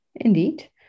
indeed